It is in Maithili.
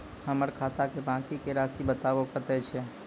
हमर खाता के बाँकी के रासि बताबो कतेय छै?